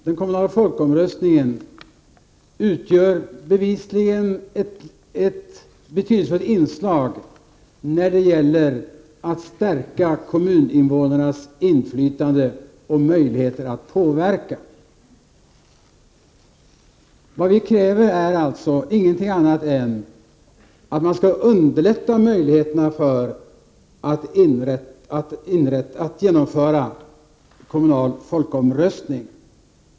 Den kommunala folkomröstningen utgör bevisligen ett betydelsefullt inslag när det gäller att stärka kommuninvånarnas inflytande och möjligheter att påverka. Vad vi kräver är alltså ingenting annat än att man skall underlätta möjligheterna att genomföra kommunal folkomröstning.